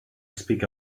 speak